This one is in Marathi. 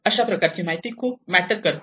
अशा प्रकारची माहिती खूप मॅटर करते